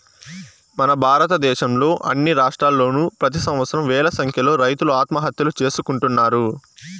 మన భారతదేశంలో అన్ని రాష్ట్రాల్లోనూ ప్రెతి సంవత్సరం వేల సంఖ్యలో రైతులు ఆత్మహత్యలు చేసుకుంటున్నారు